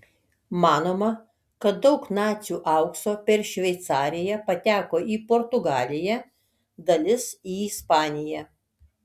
manoma kad daug nacių aukso per šveicariją pateko į portugaliją dalis į ispaniją